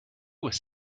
was